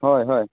ᱦᱳᱭ ᱦᱳᱭ